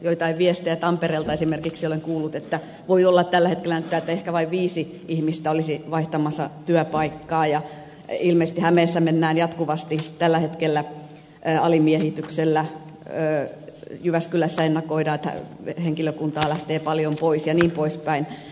joitain viestejä tampereelta esimerkiksi olen kuullut että voi olla että tällä hetkellä nyt täältä ehkä vain viisi ihmistä olisi vaihtamassa työpaikkaa ja ilmeisesti hämeessä mennään jatkuvasti tällä hetkellä alimiehityksellä jyväskylässä ennakoidaan että henkilökuntaa lähtee paljon pois jnp